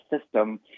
system